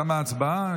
תמה ההצבעה.